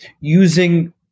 using